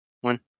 one